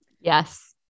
Yes